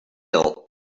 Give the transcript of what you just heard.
ill